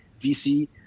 VC